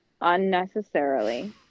Unnecessarily